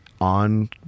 on